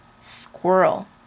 Squirrel